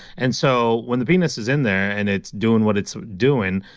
and so, when the penis is in there and it's doing what it's doing,